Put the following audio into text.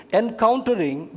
encountering